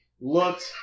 Looked